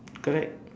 correct